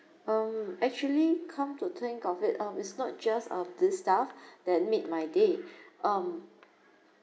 um actually come to think of it um is not just of this staff that made my day um